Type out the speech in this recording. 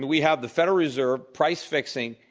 we have the federal reserve, price fixing,